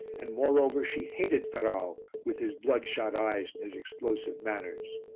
and moreover she hated ferrau with his bloodshot eyes and his explosive manners.